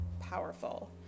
powerful